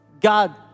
God